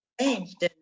changed